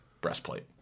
breastplate